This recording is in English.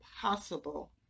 possible